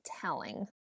telling